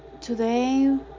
today